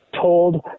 told